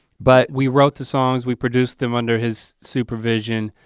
but we wrote two songs, we produced them under his supervision.